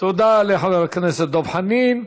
תודה לחבר הכנסת דב חנין.